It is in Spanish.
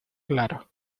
claro